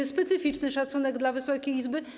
To specyficzny szacunek dla Wysokiej Izby.